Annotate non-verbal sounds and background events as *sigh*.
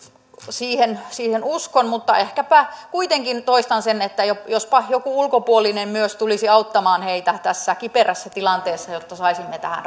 siihen siihen uskon mutta ehkäpä kuitenkin toistan sen että jospa myös joku ulkopuolinen tulisi auttamaan heitä tässä kiperässä tilanteessa jotta saisimme tähän *unintelligible*